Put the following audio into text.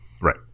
Right